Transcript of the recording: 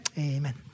amen